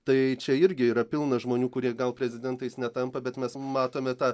tai čia irgi yra pilna žmonių kurie gal prezidentais netampa bet mes matome tą